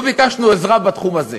לא ביקשנו עזרה בתחום הזה,